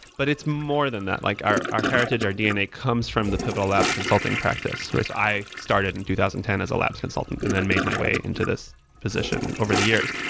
but it's more than that. like our our heritage, our dna comes from the pivotal labs consulting practice. whereas i started in two thousand and ten as a labs consultant and then made my way into this position over the years,